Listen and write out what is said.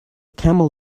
camel